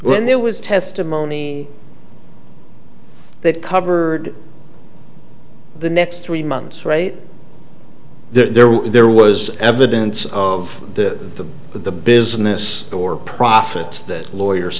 when there was testimony that covered the next three months right there were there was evidence of the the business or profits that lawyers